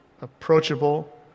approachable